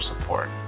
support